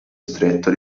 stretto